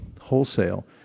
wholesale